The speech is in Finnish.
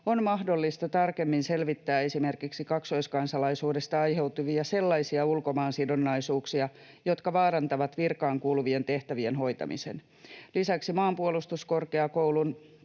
on mahdollista tarkemmin selvittää esimerkiksi kaksoiskansalaisuudesta aiheutuvia sellaisia ulkomaan sidonnaisuuksia, jotka vaarantavat virkaan kuuluvien tehtävien hoitamisen. Lisäksi Maanpuolustuskorkeakouluun,